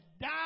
die